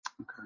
Okay